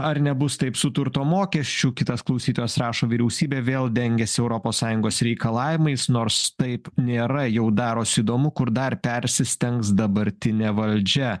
ar nebus taip su turto mokesčiu kitas klausytojas rašo vyriausybė vėl dengiasi europos sąjungos reikalavimais nors taip nėra jau darosi įdomu kur dar persistengs dabartinė valdžia